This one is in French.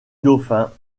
dauphin